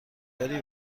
باری